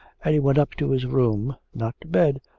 and he went up to his room, not to bed,